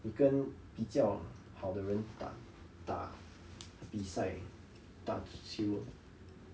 你跟比较好的人胆打比赛打球